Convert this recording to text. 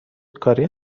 کاری